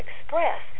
express